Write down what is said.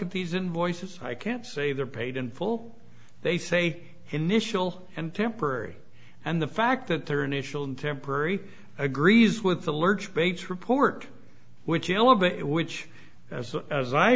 at these invoices i can't say they're paid in full they say initial and temporary and the fact that their initial temporary agrees with the lurch bates report which